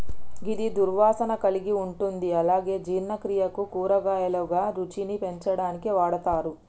గిది దుర్వాసన కలిగి ఉంటుంది అలాగే జీర్ణక్రియకు, కూరగాయలుగా, రుచిని పెంచడానికి వాడతరు